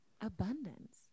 abundance